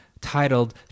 titled